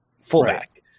fullback